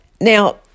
Now